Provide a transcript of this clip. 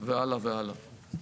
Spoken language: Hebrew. והלאה והלאה.